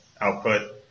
output